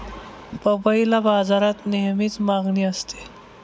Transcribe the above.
पपईला बाजारात नेहमीच मागणी असते